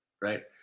right